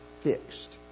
fixed